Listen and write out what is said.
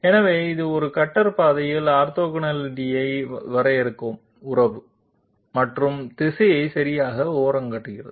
எனவே இது கட்டர் பாதையின் ஆர்த்தோகனாலிட்டியை வரையறுக்கும் உறவு மற்றும் திசையை சரியா ஓரங்கட்டுகிறது